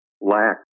lack